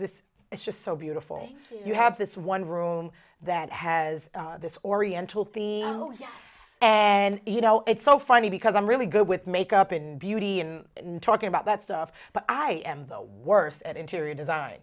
it's just so beautiful you have this one room that has this oriental theme yes and you know it's so funny because i'm really good with makeup and beauty and talking about that stuff but i am the worst at interior design